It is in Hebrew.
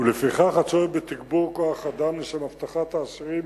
ולפיכך הצורך בתגבור כוח-האדם לשם אבטחת האסירים